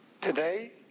Today